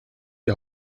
die